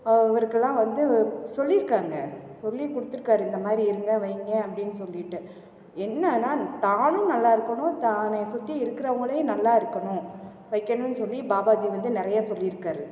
அவருக்கெலாம் வந்து சொல்லியிருக்காங்க சொல்லிக் கொடுத்துருக்காரு இந்தமாதிரி இருங்கள் வைங்க அப்படின் சொல்லிவிட்டு என்னென்னால் தானும் நல்லா இருக்கணும் தன்னை சுற்றி இருக்கிறவங்களையும் நல்லா இருக்கணும் வைக்கணுன்னு சொல்லி பாபாஜி வந்து நிறைய சொல்லியிருக்காரு